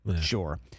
sure